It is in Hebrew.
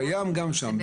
קיים גם שם.